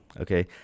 okay